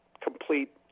complete